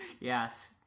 Yes